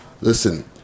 Listen